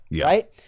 right